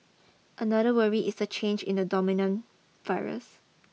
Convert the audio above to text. another worry is the change in the dominant virus